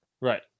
Right